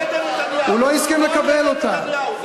נתניהו.